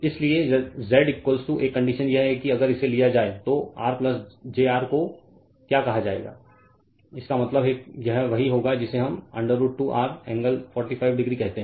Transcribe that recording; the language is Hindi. इसलिए Z एक कंडीशन यह है कि अगर इसे लिया जाए तो R jR को क्या कहा जाएगा इसका मतलब है यह वही होगा जिसे हम √ 2 R एंगल 45 डिग्री कहते हैं